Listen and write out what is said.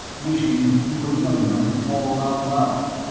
wishing he were young enough to bawl out loud.